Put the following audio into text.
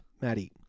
maddie